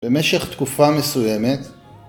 במשך תקופה מסוימת